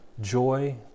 joy